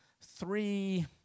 three